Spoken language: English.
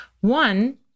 One